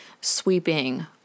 sweeping